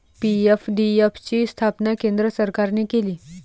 PFDF ची स्थापना केंद्र सरकारने केली